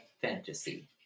Fantasy